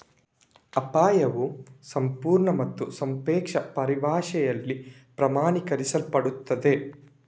ಅಪಾಯವು ಸಂಪೂರ್ಣ ಮತ್ತು ಸಾಪೇಕ್ಷ ಪರಿಭಾಷೆಯಲ್ಲಿ ಪ್ರಮಾಣೀಕರಿಸಲ್ಪಡುತ್ತದೆ